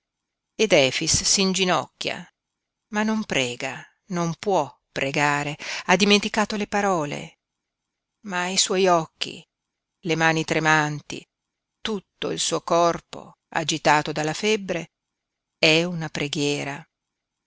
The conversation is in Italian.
ed efix s'inginocchia ma non prega non può pregare ha dimenticato le parole ma i suoi occhi le mani tremanti tutto il suo corpo agitato dalla febbre è una preghiera